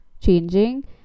changing